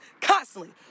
constantly